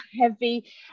heavy